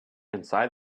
inside